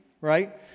right